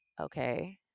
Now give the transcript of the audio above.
okay